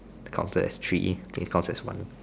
the counter has three as one